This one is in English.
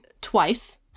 twice